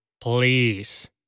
please